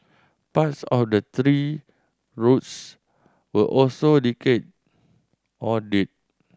parts of the tree roots were also decayed or dead